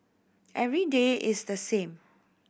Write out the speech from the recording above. every day is the same